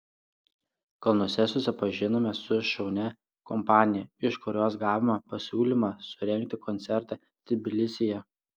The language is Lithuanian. kalnuose susipažinome su šaunia kompanija iš kurios gavome pasiūlymą surengti koncertą tbilisyje